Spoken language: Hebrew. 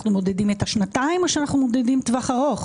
אנחנו מעודדים את השנתיים או שאנחנו מעודדים טווח ארוך?